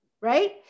right